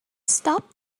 stop